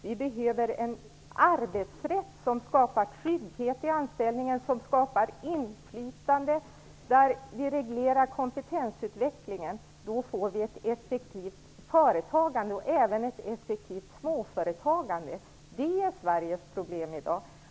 Vi behöver en arbetsrätt som skapar trygghet i anställningen, som skapar inflytande och där vi kan reglera kompetensutvecklingen. Då får vi ett effektivt företagande, och även ett effektivt småföretagande. Detta är Sveriges problem i dag.